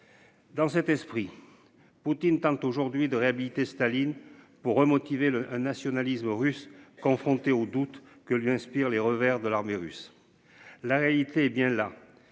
Dans cet esprit. Poutine tentent aujourd'hui de réhabiliter Staline pour remotiver le un nationalisme russe confronté aux doutes que lui inspirent les revers de l'armée russe. La réalité est bien là.